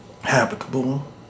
habitable